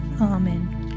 Amen